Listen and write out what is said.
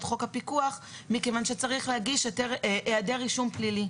חוק הפיקוח מכיוון שצריך להגיש היעדר רישום פלילי.